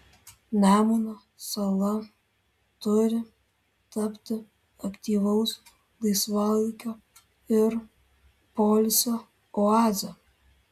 nemuno sala turi tapti aktyvaus laisvalaikio ir poilsio oaze